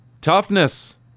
Toughness